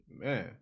Man